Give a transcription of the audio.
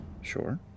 Sure